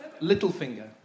Littlefinger